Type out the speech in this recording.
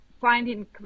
finding